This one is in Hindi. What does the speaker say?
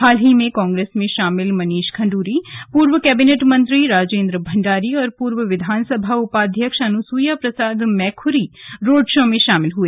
हाल ही में कांग्रेस में शामिल मनीष खंडूड़ी पूर्व कैबिनेट मंत्री राजेन्द्र भंडारी और पूर्व विधानसभा उपाध्यक्ष अनुसूया प्रसाद मैखुरी रोड शो में शामिल हुए